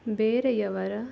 ಬೇರೆಯವರ